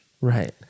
Right